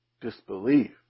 disbelief